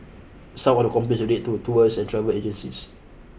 some of the complaints relate to a tours and travel agencies